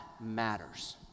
matters